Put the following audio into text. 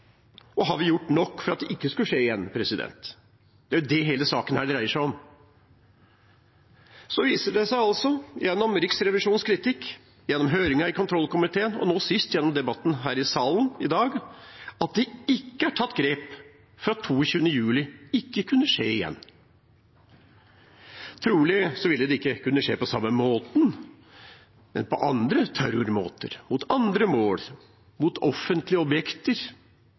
Det er det hele denne saken dreier seg om. Så viser det seg altså, gjennom Riksrevisjonens kritikk, gjennom høringen i kontroll- og konstitusjonskomiteen, og sist gjennom debatten her i salen i dag, at det ikke er tatt grep for at 22. juli ikke skulle kunne skje igjen. Trolig ville det ikke kunne skjedd på den samme måten, men på andre terrormåter, mot andre mål, mot offentlige objekter,